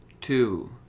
two